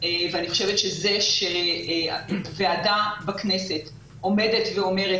ואני חושבת שזה שוועדה בכנסת עומדת ואומרת,